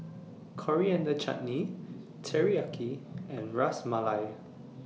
Coriander Chutney Teriyaki and Ras Malai